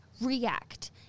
react